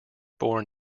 borne